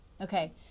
Okay